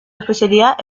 especialidad